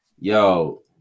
yo